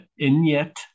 Inyet